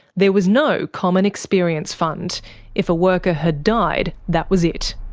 there was no common experience fund if a worker had died, that was it.